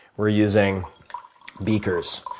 we're using beakers.